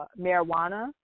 marijuana